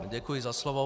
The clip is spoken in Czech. Děkuji za slovo.